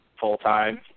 full-time